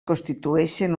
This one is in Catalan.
constitueixen